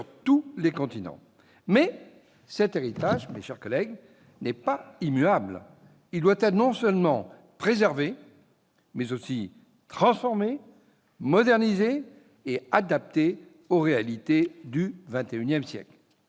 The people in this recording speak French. tous les continents. Mais cet héritage n'est pas immuable. Il doit être non seulement préservé, mais aussi transformé, modernisé et adapté aux réalités du XXI siècle.